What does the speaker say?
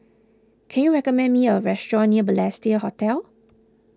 can you recommend me a restaurant near Balestier Hotel